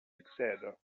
succède